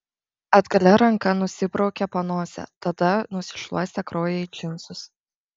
atgalia ranka nusibraukė panosę tada nusišluostė kraują į džinsus